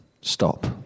Stop